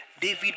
David